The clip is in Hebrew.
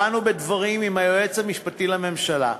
באנו בדברים עם היועץ המשפטי לממשלה,